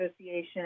Association